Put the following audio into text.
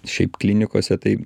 šiaip klinikose tai